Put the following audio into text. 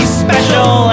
special